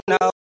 no